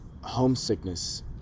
homesickness